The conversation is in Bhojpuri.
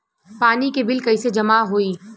पानी के बिल कैसे जमा होयी?